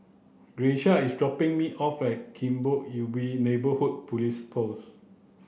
Grecia is dropping me off at Kebun Ubi Neighbourhood Police Post